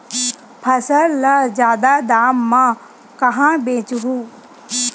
फसल ल जादा दाम म कहां बेचहु?